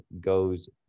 goes